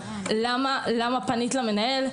למה פנית למנהלת?